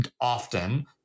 often